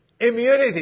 Immunity